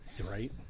Right